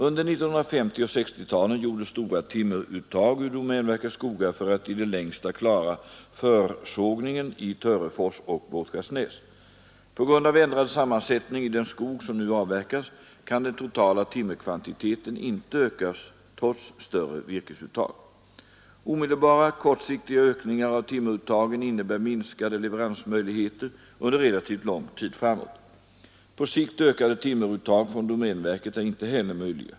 Under 1950 och 1960-talen gjordes stora timmeruttag ur domänverkets skogar för att i det längsta klara försågningen i Törefors och Båtskärsnäs. På grund av ändrad sammansättning av den skog som nu avverkas kan den totala timmerkvantiteten inte ökas trots större virkesuttag. Omedelbara, kortsiktiga ökningar av timmeruttagen innebär minskade leveransmöjligheter under relativt lång tid framåt. På sikt ökade timmeruttag från domänverket är inte heller möjliga.